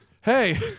hey